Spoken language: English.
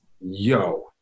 yo